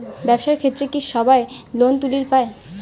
ব্যবসার ক্ষেত্রে কি সবায় লোন তুলির পায়?